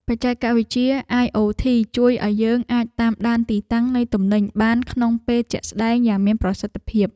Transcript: បច្ចេកវិទ្យាអាយអូធីជួយឱ្យយើងអាចតាមដានទីតាំងនៃទំនិញបានក្នុងពេលជាក់ស្តែងយ៉ាងមានប្រសិទ្ធភាព។